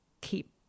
keep